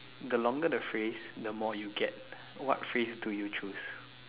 the longer the phrase the more you get what phrase do you choose